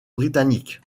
britannique